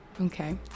Okay